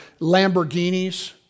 Lamborghinis